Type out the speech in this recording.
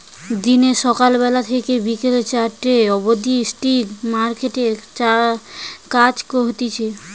দিনে সকাল বেলা থেকে বিকেল চারটে অবদি স্টক মার্কেটে কাজ হতিছে